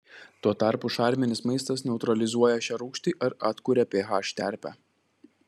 tuo tarpu šarminis maistas neutralizuoja šią rūgštį ir atkuria ph terpę